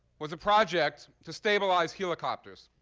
was a project to stabilize helicopters.